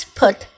put